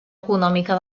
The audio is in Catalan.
econòmica